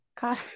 God